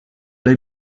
alla